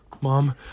Mom